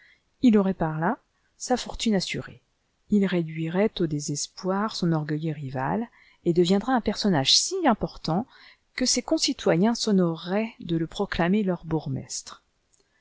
il aurait par là sa fortune assurée il réduirait au désespoir son orgueilleux rival et deviendrait un personnage si important que ses concitoyens s'honoreraient de le proclamer leur bourgmestre